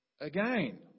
again